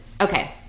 okay